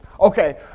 Okay